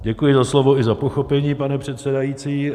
Děkuji za slovo i za pochopení, pane předsedající.